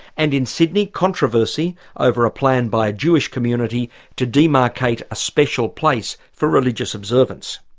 and in sydney, controversy over a plan by a jewish community to demarcate a special place for religious observance.